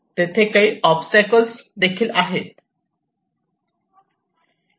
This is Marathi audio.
तेथे काही ओबस्टॅकल्स देखील आहे